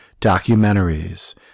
documentaries